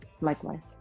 Likewise